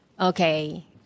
okay